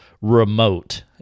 remote